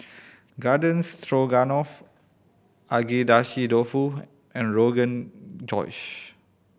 Garden Stroganoff Agedashi Dofu and Rogan Josh